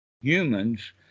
humans